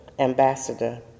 ambassador